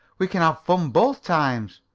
we can have fun both times.